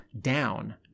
down